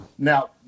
Now